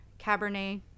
cabernet